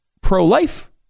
pro-life